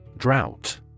Drought